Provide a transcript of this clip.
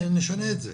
נשנה את זה.